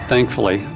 Thankfully